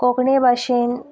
कोंकणी भाशेन